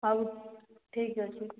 ହେଉ ଠିକ ଅଛି